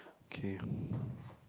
okay